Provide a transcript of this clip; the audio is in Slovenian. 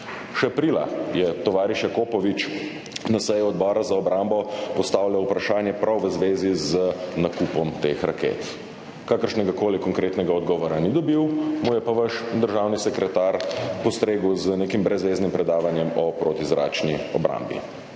Še aprila je tovariš Jakopovič na seji Odbora za obrambo postavljal vprašanje prav v zvezi z nakupom teh raket. Kakršnega koli konkretnega odgovora ni dobil, mu je pa vaš državni sekretar postregel z nekim brezzveznim predavanjem o protizračni obrambi.